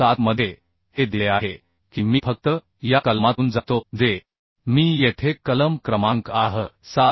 7 मध्ये हे दिले आहे की मी फक्त या कलमातून जातो जे मी येथे कलम क्रमांक आह 7